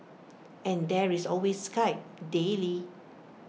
and there is always Skype daily